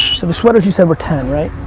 so the sweaters, you said, were ten right?